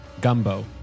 gumbo